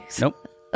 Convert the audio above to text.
Nope